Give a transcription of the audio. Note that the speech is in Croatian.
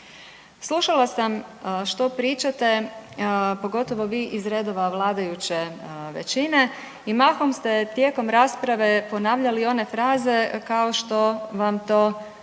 Slušala sam što pričate, pogotovo vi iz redova vladajuće većine i mahom ste tijekom rasprave ponavljali one fraze kao što vam to vaš